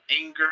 anger